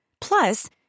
Plus